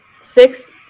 six